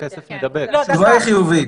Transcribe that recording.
התשובה היא חיובית.